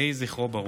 יהי זכרו ברוך.